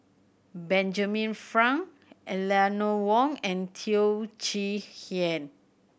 Benjamin Frank Eleanor Wong and Teo Chee Hean